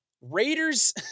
Raiders